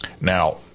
Now